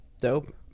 dope